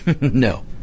No